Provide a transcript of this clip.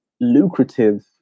lucrative